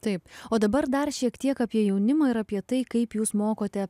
taip o dabar dar šiek tiek apie jaunimą ir apie tai kaip jūs mokote